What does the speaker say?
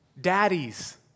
Daddies